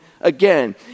again